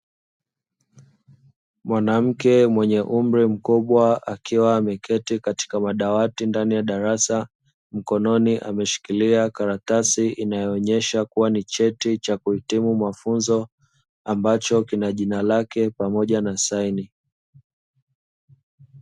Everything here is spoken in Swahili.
Mwanamke mwenye umri mkubwa, akiwa ameketi katika madawati ndani ya darasa, mkononi ameshikilia karatasi inayoonyesha kuwa ni cheti cha kuhitimu mafunzo, ambacho kina jina lake pamoja na saini.